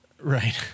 Right